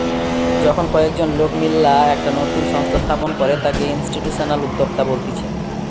যখন কয়েকজন লোক মিললা একটা নতুন সংস্থা স্থাপন করে তাকে ইনস্টিটিউশনাল উদ্যোক্তা বলতিছে